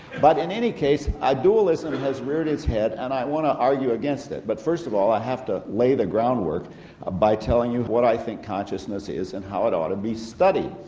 but in any case dualism has reared its head and i want to argue against it. but first of all i have to lay the groundwork ah by telling you what i think consciousness is and how it ought to be studied.